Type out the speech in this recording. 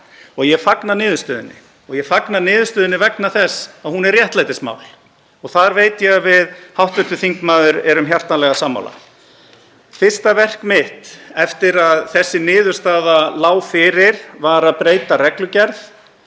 Ég fagna niðurstöðunni og ég fagna niðurstöðunni vegna þess að hún er réttlætismál og þar veit ég að við hv. þingmaður erum hjartanlega sammála. Fyrsta verk mitt, eftir að þessi niðurstaða lá fyrir, var að breyta reglugerð